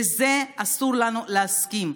לזה אסור לנו להסכים.